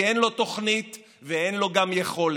כי אין לו תוכנית ואין לו גם יכולת.